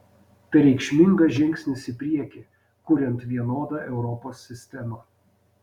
tai reikšmingas žingsnis į priekį kuriant vienodą europos sistemą